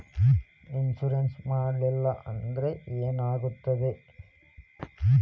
Insurance ಮಾಡಲಿಲ್ಲ ಅಂದ್ರೆ ಏನಾಗುತ್ತದೆ?